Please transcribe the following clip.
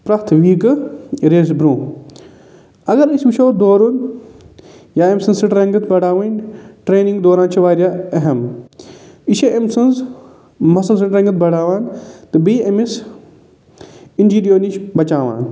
پرٮ۪تھ ویٖکہٕ ریسہِ برونٛہہ اگر أسۍ وٕچھَو دورُن یا أمۍ سٔنٛز سِٹرَنٛگتھ بڑاوٕنۍ ٹراینٛگ دوران چھِ واریاہ اہم یہِ چھِ أمۍ سٔنٛز مَسٕل سِٹرَنٛگتھ بڑاوان تہٕ بیٚیہِ أمِس اِنٛجِریو نِش بچاوان